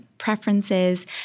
preferences